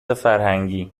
فرهنگی